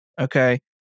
Okay